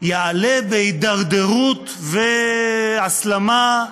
יעלה בהידרדרות והסלמה.